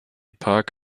park